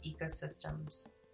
ecosystems